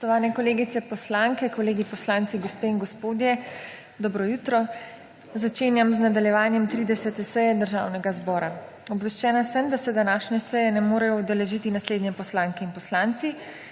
Spoštovane kolegice poslanke, kolegi poslanci, gospe in gospodje, dobro jutro! Začenjam nadaljevanje 30. seje Državnega zbora. Obveščena sem, da se današnje seje ne morejo udeležiti naslednje poslanke in poslanci: